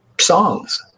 songs